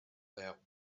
their